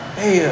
hey